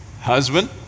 husband